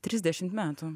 trisdešimt metų